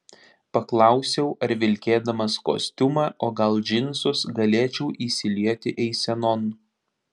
paklausiau ar vilkėdamas kostiumą o gal džinsus galėčiau įsilieti eisenon